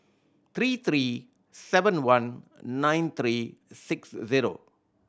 three three seven one nine three six zero